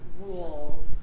rules